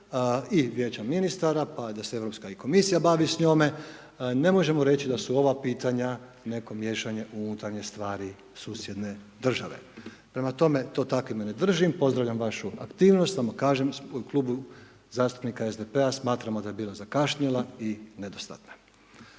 i vijeća ministara pa da se Europska i komisija bavi s njome ne možemo reći da su ova pitanja neko miješanje u unutarnje stvari susjedne države. Prema tome to takvime ne držim pozdravljam vašu aktivnost samo kažem u Klubu zastupnika SDP-a smatramo da je bila zakašnjela i nedostatna.